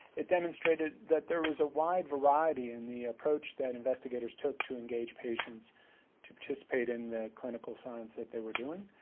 it demonstrated that there is a wide variety in the approach that investigators took to engage patients to participate in the clinical science that they were doing.